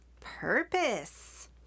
Purpose